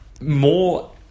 more